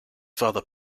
father